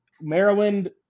Maryland